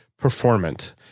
performant